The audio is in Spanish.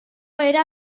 era